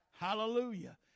Hallelujah